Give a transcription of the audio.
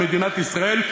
למדינת ישראל,